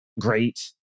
great